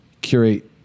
curate